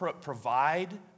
provide